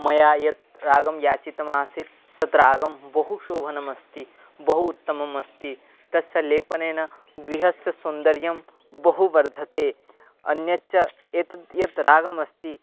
मया यत् रागं याचितमासीत् तत्र रागं बहु शोभनम् अस्ति बहु उत्तममस्ति तस्य लेपनेन गृहस्य सौन्दर्यं बहु वर्धते अन्यच्च यत् रागम् अस्ति